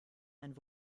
einen